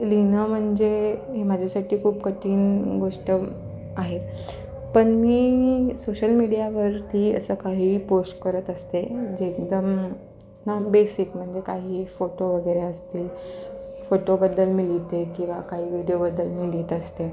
लिहिणं म्हणजे हे माझ्यासाठी खूप कठी ण गोष्ट आहे पण मी सोशल मीडियावरती असं काही पोस्ट करत असते जे एकदम नॉम बेसिक म्हणजे काही फोटो वगैरे असतील फोटोबद्दल मी लिहिते किंवा काही व्हिडिओबद्दल मी लिहित असते